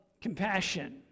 compassion